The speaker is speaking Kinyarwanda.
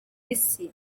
isi